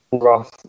rough